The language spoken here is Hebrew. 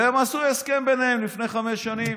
הם עשו הסכם ביניהם לפני חמש שנים.